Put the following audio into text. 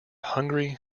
hungry